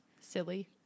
silly